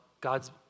God's